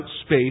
space